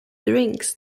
drinks